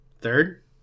Third